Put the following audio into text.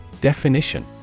Definition